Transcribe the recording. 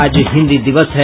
आज हिन्दी दिवस है